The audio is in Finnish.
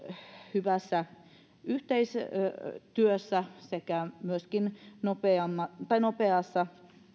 hyvässä yhteistyössä sekä myöskin nopeassa